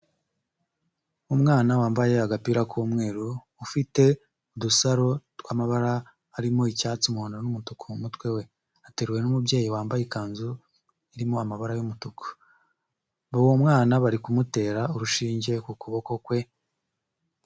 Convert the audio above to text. Umwana wambaye agapira k'umweru, ufite udusaro tw'amabara, arimo icyatsi, umuhondo n'umutuku mu mutwe we, ateruwe n'umubyeyi wambaye ikanzu, irimo amabara y'umutuku. Uwo mwana bari kumutera urushinge ku kuboko kwe.